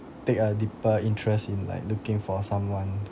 take a deeper interest in like looking for someone